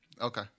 Okay